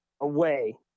away